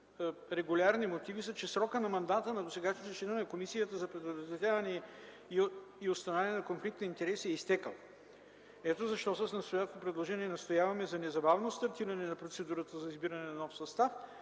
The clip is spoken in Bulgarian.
от мен, са, че срокът на мандата на досегашните членове на Комисията за предотвратяване и отстраняване на конфликт на интереси е изтекъл. Ето защо с настоящото предложение настояваме за незабавно стартиране на процедурата за избиране на нов състав